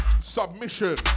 submission